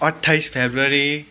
अट्ठाइस फरवरी